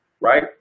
right